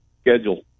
schedule